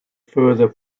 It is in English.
further